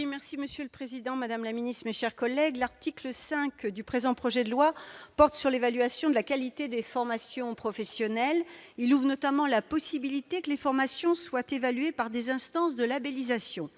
La parole est à Mme Laurence Cohen, sur l'article. L'article 5 du présent projet de loi porte sur l'évaluation de la qualité des formations professionnelles. Il ouvre notamment la possibilité que les formations soient évaluées par des « instances de labellisation